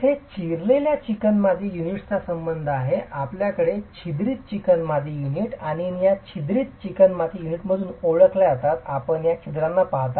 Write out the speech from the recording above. जिथे चिरलेला चिकणमाती युनिट्सचा संबंध आहे आपल्याकडे छिद्रित चिकणमाती युनिट आणि या छिद्रित चिकणमाती युनिट म्हणून ओळखल्या जातात आपण त्या छिद्रांना पाहता